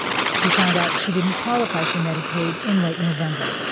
she found out she didn't qualify for medicaid in late november,